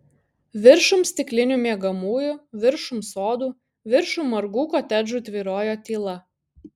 viršum stiklinių miegamųjų viršum sodų viršum margų kotedžų tvyrojo tyla